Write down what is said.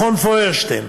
מכון פוירשטיין,